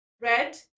Red